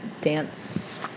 dance